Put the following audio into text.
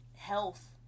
Health